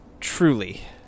truly